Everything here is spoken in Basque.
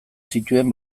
zituen